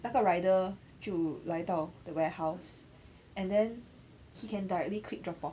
那个 rider 就来到 the warehouse and then he can directly click drop off